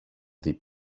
δει